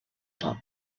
top